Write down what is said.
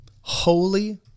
Holy